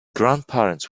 grandparents